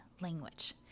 language